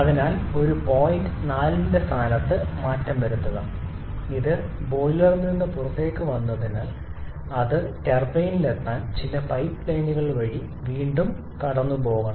അതിനാൽ ഒരു പോയിന്റ് 4 ന്റെ സ്ഥാനത്ത് മാറ്റം വരുത്തുക അത് ബോയിലറിൽ നിന്ന് പുറത്തുവന്നാൽ അത് ടർബൈനിലെത്താൻ ചില പൈപ്പ്ലൈനുകൾ വഴി വീണ്ടും കടന്നുപോകണം